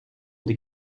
des